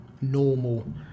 normal